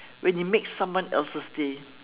when you made someone else's day